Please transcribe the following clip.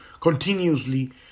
continuously